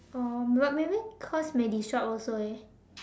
oh but maybe because may disrupt also